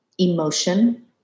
emotion